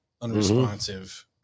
unresponsive